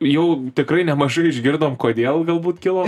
jau tikrai nemažai išgirdom kodėl galbūt kilo